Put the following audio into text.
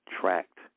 tracked